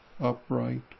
upright